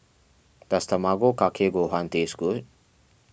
does Tamago Kake Gohan taste good